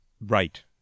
Right